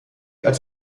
als